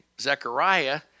Zechariah